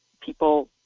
people